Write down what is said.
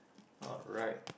alright